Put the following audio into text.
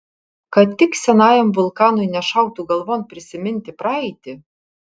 kad tik senajam vulkanui nešautų galvon prisiminti praeitį